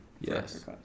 Yes